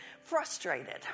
frustrated